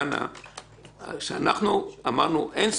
כשהיא אומרת 15,